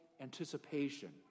anticipation